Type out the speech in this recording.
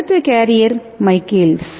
அடுத்த carrier Michael's